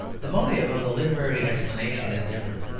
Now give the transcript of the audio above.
the motive of the literary explanation is different.